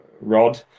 rod